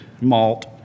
malt